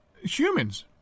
humans